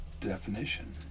definition